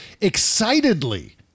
excitedly